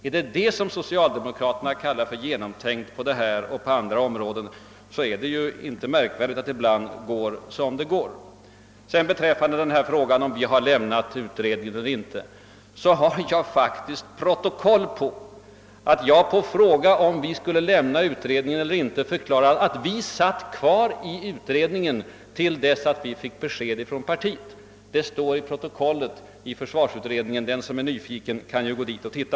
Är det sådant som socialdemokraterna på detta och andra områden kallar för »genomtänkta» förslag, då är det inte märkligt, att det ibland går som det går. Vad slutligen beträffar frågan huruvida vi »lämnade» utredningen eller inte, finns det faktiskt protokoll på att jag på ordförandens fråga om vi skulle lämna utredningen eller inte förklarade, att vi skulle sitta kvar till dess vi fick besked från partiet. Det står i försvarsutredningens protokoll. Den som är nyfiken kan ju gå dit och läsa.